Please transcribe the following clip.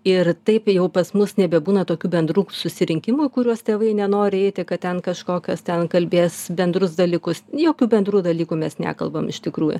ir taip jau pas mus nebebūna tokių bendrų susirinkimų į kuriuos tėvai nenori eiti kad ten kažkokios ten kalbės bendrus dalykus jokių bendrų dalykų mes nekalbam iš tikrųjų